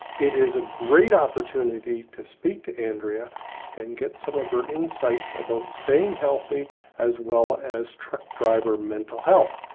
it is a great opportunity to speak to andrea and get some of her insights about staying healthy as well as truck driver, mental health.